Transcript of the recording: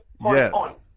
Yes